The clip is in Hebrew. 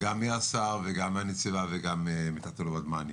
גם מהשר וגם מהנציבה וגם מתת-אלוף ודמני.